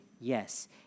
yes